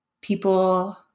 people